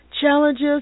Challenges